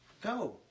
Go